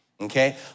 Okay